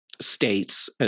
states